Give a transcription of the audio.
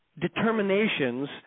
determinations